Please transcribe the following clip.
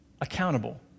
accountable